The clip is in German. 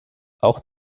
auch